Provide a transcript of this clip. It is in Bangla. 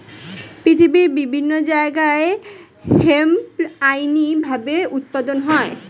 পৃথিবীর বিভিন্ন জায়গায় হেম্প আইনি ভাবে উৎপাদন করে